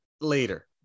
later